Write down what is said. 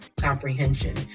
comprehension